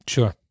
Sure